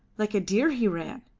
like a deer he ran!